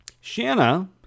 Shanna